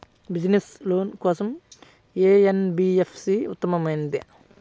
Business loan కోసం ఏ NBFC ఉత్తమమైనది?